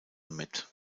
mit